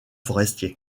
forestier